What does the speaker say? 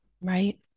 Right